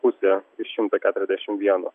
pusė iš šimto keturiasdešimt vieno